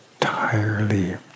entirely